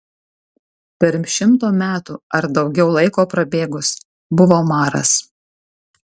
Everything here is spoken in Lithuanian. pirm šimto metų ar daugiau laiko prabėgus buvo maras